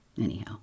Anyhow